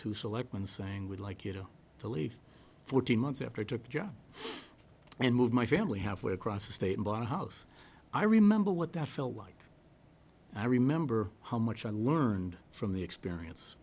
to select one saying would like you know the late fourteen months after i took the job and moved my family halfway across the state and bought a house i remember what that felt like i remember how much i learned from the experience